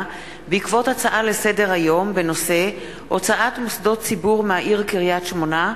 בעקבות דיון מהיר בנושא: הוצאת מוסדות ציבור מהעיר קריית-שמונה,